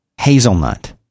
hazelnut